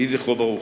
יהי זכרו ברוך.